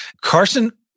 Carson